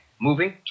Moving